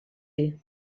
dir